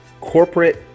corporate